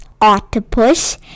octopus